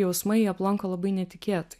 jausmai aplanko labai netikėtai